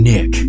Nick